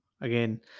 Again